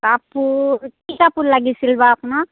কাপোৰ কি কাপোৰ লাগিছিল বা আপোনাক